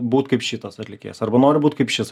būt kaip šitas atlikėjas arba noriu būt kaip šis